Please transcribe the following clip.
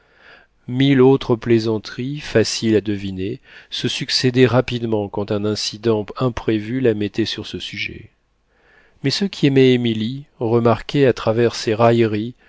mille autres plaisanteries faciles à deviner se succédaient rapidement quand un accident imprévu la mettait sur ce sujet mais ceux qui aimaient émilie remarquaient à travers ses railleries